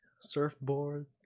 Surfboard